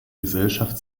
gesellschaft